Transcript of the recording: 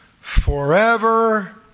forever